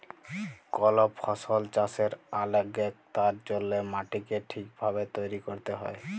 call ফসল চাষের আগেক তার জল্যে মাটিকে ঠিক ভাবে তৈরী ক্যরতে হ্যয়